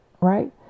right